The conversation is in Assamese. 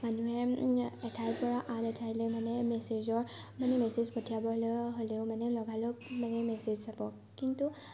মানুহে এঠাইৰ পৰা আন এঠাইলৈ মানে মেছেজৰ মানে মেছেজ পঠিয়াবলৈ হ'লেও মানে লগালগ মানে মেছেজ যাব কিন্তু